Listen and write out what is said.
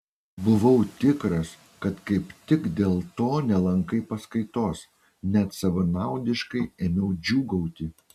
buvau tikras kad kaip tik dėl to nelankai paskaitos net savanaudiškai ėmiau džiūgauti